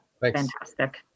fantastic